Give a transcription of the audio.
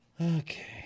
Okay